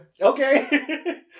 Okay